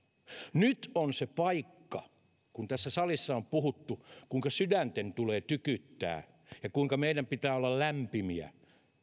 nyt on se paikka kun tässä salissa on puhuttu kuinka sydänten tulee tykyttää ja kuinka meidän pitää olla lämpimiä